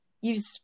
use